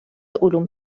علوم